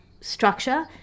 structure